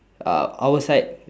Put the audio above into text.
uh our side